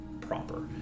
proper